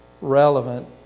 relevant